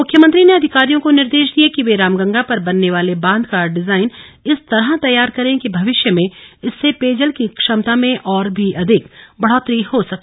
मुख्यमंत्री ने अधिकारियों को निर्देश दिये कि वे रामगंगा पर बनने वाले बांध का डिजाइन इस तरह तैयार करें कि भविष्य में इससे पेयजल की क्षमता में और अधिक बढ़ोतरी हो सके